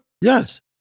Yes